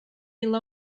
really